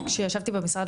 כשישבתי במשרד,